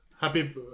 Happy